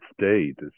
state